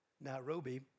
Nairobi